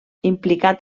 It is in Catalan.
implicat